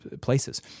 places